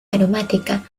aromática